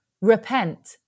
Repent